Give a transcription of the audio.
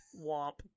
womp